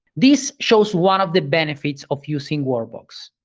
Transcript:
this shows one of the benefits of using workbox,